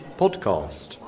podcast